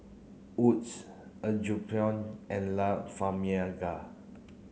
Wood's Apgujeong and La Famiglia